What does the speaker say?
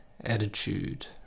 attitude